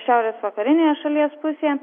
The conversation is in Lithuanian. šiaurės vakarinėje šalies pusėje